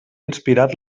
inspirat